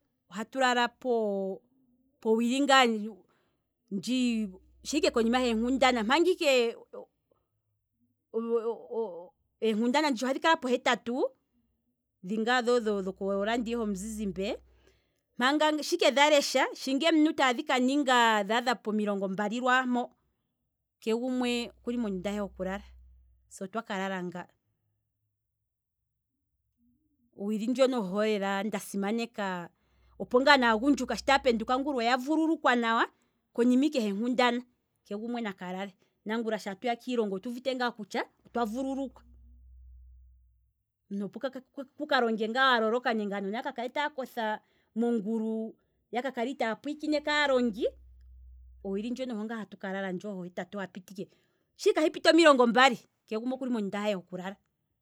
Ohatu lala po- powili ngaa ndji, shiike konima heenkundana manga ike eenkundana nditsha ohadhi kala pohetatu, dhingaa dhokoradio homuzizimbe, mpanga, shiike dha lesha shinga eminute tadhi kaninga dhaadha pomilongo mbali lwaampo, kee gumwe okuli mondunda he hoku lala, se otwaka lala nga, owili ndjoka oho lela nda simaneka opo ngaa naagundjuka sho tsspenduka ngula oya vululukwa nawa, konima ike yeenkundana keshe gumwe naka lale, nangula shaa tuya kiilonga otu wete ngaa kutya otwa vululukwa, omuntu opo kuka longe ngaa wa loloka nenge aanona ya kakale taakotha mongulu ya kakale itaa pwiikine kaalongi, owili ndjono oho ngaa hatu kalala, shike ahi piti omilongo mbali, kee gumwe okuli mondunda he hoku lala